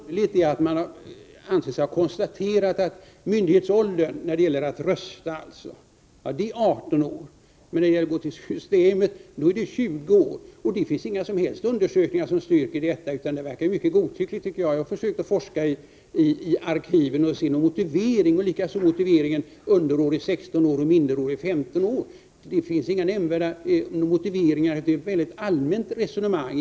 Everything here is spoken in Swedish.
Herr talman! Det är underligt att man anser sig ha konstaterat att myndighetsåldern för att få rösta skall vara 18 år men för att få köpa på Systemet 20 år. Inga som helst undersökningar styrker detta, utan det hela verkar mycket godtyckligt. Jag har försökt forska i arkiven för att finna någon motivering härför eller för gränsen för underårig vid 16 år och för minderårig vid 15 år. Det finns inga motiveringar utan egentligen bara allmänna resonemang.